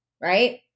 right